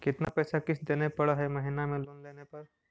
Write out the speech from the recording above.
कितना पैसा किस्त देने पड़ है महीना में लोन लेने पर?